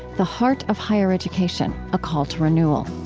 the heart of higher education a call to renewal